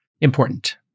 important